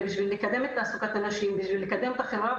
כדי לקדם תעסוקת נשים וכדי לקדם את החברה,